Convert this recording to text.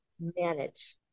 manage